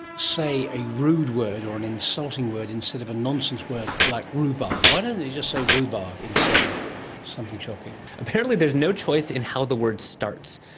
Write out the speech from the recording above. say a rude word or an insulting word instead of a nonsense word like rhubarb. why don't they just say rhubarb instead of something shocking? apparently there is no choice in how the word starts,